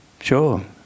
Sure